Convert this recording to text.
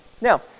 Now